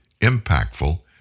impactful